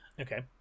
okay